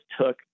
took